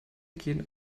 gen